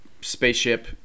spaceship